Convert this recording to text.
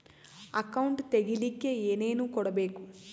Account ತೆಗಿಲಿಕ್ಕೆ ಏನೇನು ಕೊಡಬೇಕು?